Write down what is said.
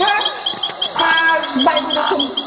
थोथ मा बायदि रोखोम